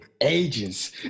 ages